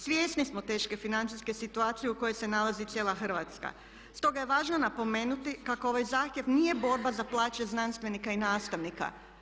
Svjesni smo teške financijske situacije u kojoj se nalazi cijela Hrvatska, stoga je važno napomenuti kako ovaj zahtjev nije borba za plaće znanstvenika i nastavnika.